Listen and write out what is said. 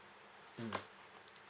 mm